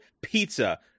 pizza